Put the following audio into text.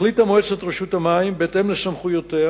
החליטה מועצת רשות המים, בהתאם לסמכויותיה,